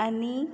आनी